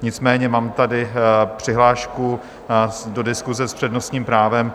Nicméně mám tady přihlášku do diskuse s přednostním právem.